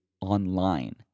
online